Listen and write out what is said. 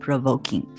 Provoking